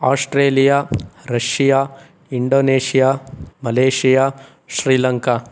Australia Russia Indonesia Malaysia Sri Lanka